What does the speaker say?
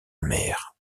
amère